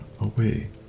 away